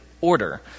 order